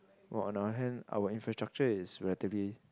while on our hand our infrastructure is relatively